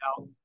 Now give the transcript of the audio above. out